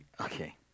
okay